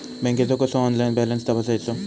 बँकेचो कसो online balance तपासायचो?